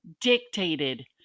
dictated